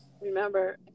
remember